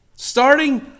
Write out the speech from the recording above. Starting